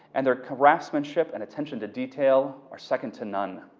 and their craftsmanship and attention to detail are second to none.